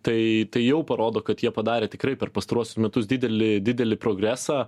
tai tai jau parodo kad jie padarė tikrai per pastaruosius metus didelį didelį progresą